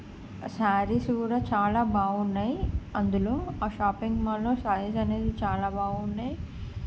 సారీస్ కూడా చాలా బాగున్నాయి అందులో ఆ షాపింగ్ మాల్లో సారీస్ అనేవి చాలా బాగున్నాయి